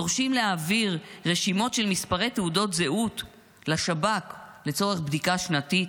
דורשים להעביר רשימות של מספרי תעודות זהות לשב"כ לצורך בדיקה שנתית.